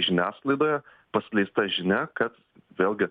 žiniasklaidoje paskleista žinia kad vėlgi